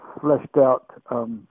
fleshed-out